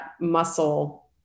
muscle